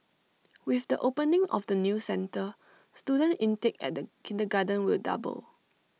with the opening of the new centre student intake at the kindergarten will double